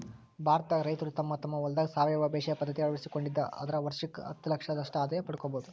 ಭಾರತದಾಗ ರೈತರು ತಮ್ಮ ತಮ್ಮ ಹೊಲದಾಗ ಸಾವಯವ ಬೇಸಾಯ ಪದ್ಧತಿ ಅಳವಡಿಸಿಕೊಂಡಿದ್ದ ಆದ್ರ ವರ್ಷಕ್ಕ ಹತ್ತಲಕ್ಷದಷ್ಟ ಆದಾಯ ಪಡ್ಕೋಬೋದು